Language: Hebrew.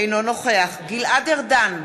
אינו נוכח גלעד ארדן,